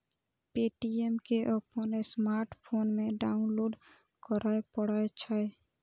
Paytm कें अपन smartphone मे डाउनलोड करय पड़ै छै